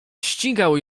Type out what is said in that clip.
ścigały